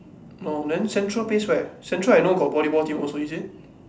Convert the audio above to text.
no then central place where central I know got volleyball team also is it